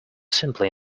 simply